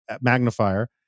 magnifier